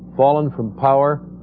fallen from power.